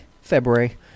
February